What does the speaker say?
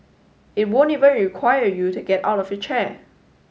it won't even require you to get out of your chair